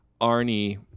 Arnie